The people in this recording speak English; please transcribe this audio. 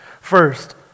First